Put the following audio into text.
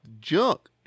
junk